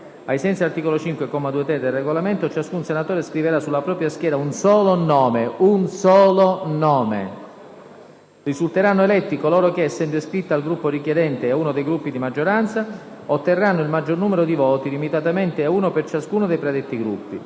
Ai sensi dell'articolo 5, comma 2*-ter*, del Regolamento, ciascun senatore scriverà sulla propria scheda un solo nome. Risulteranno eletti coloro che, essendo iscritti al Gruppo richiedente e a uno dei Gruppi di maggioranza, otterranno il maggior numero di voti, limitatamente a uno per ciascuno dei predetti Gruppi.